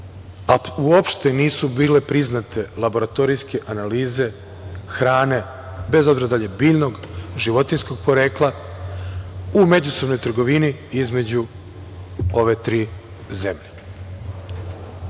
uopšte nisu bile priznate laboratorijske analize hrane, bez obzira da li je biljnog, životinjskog porekla, u međusobnoj trgovini između ove tri zemlje.